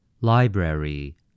Library